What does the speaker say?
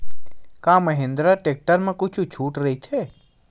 का महिंद्रा टेक्टर मा छुट राइथे?